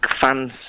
fans